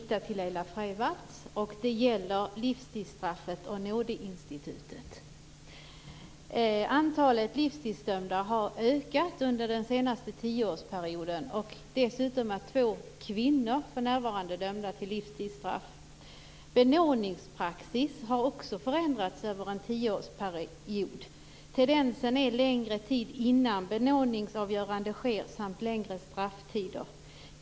Tack, fru talman! Min fråga är riktad till Laila Antalet livstidsdömda har ökat under den senaste tioårsperioden. Dessutom är två kvinnor för närvarande dömda till livstidsstraff. Benådningspraxis har också förändrats över en tioårsperiod. Tendensen är längre tid innan benådningsavgörande sker samt längre strafftider.